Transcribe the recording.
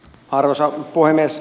arvoisa puhemies